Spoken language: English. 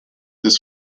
this